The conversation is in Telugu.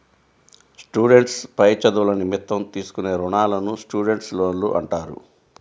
స్టూడెంట్స్ పై చదువుల నిమిత్తం తీసుకునే రుణాలను స్టూడెంట్స్ లోన్లు అంటారు